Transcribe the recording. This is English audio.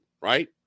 Right